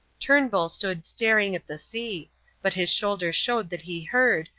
turnbull stood staring at the sea but his shoulders showed that he heard,